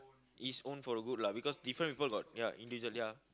is own for your good lah because different people got ya individual ya